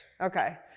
Okay